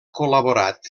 col·laborat